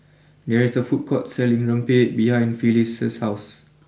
there is a food court selling Rempeyek behind Phyliss house